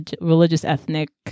religious-ethnic